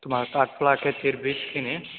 তোমাৰ কাঠফুলা খেতিৰ বীজখিনি